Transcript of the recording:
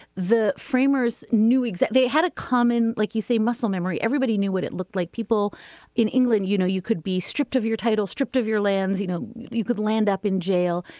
the framers knew except they had a common like you say muscle memory. everybody knew what it looked like people in england you know you could be stripped of your title stripped of your lands you know you could land up in jail.